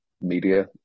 media